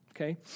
Okay